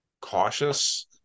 cautious